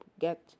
get